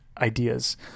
ideas